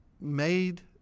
made